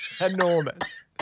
enormous